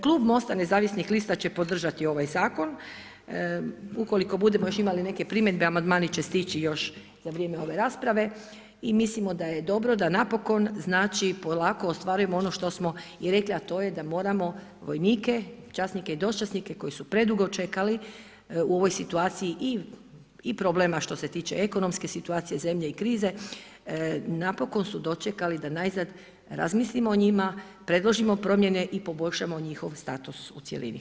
Klub MOST-a nezavisnih lista će podržati ovaj zakon, ukoliko budemo imali još neke primjedbe, amandmani će stići još za vrijeme ove rasprave i mislimo da je dobro da napokon ostvarujemo ono što smo i rekli, a to je da moramo vojnike, časnike i dočasnike koji su predugo čekali u ovoj situaciji i problema što se tiče ekonomske situacije zemlje i krize, napokon su dočekali da najzad razmislimo o njima, predložimo promjene i poboljšamo njihov status u cjelini.